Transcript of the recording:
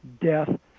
death